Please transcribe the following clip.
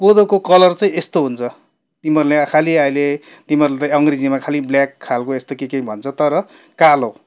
कोदोको कलर चाहिँ यस्तो हुन्छ तिमीहरूले आँखाले अहिले तिमीहरूले त अङ्ग्रेजीमा खालि ब्ल्याक खालको यस्तो के के भन्छ तर कालो